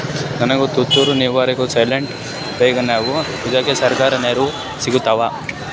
ನನಗ ತುಂತೂರು ನೀರಾವರಿಗೆ ಸ್ಪಿಂಕ್ಲರ ಬೇಕಾಗ್ಯಾವ ಇದುಕ ಸರ್ಕಾರಿ ನೆರವು ಸಿಗತ್ತಾವ?